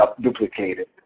duplicated